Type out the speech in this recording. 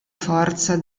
forza